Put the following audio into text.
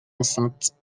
enceinte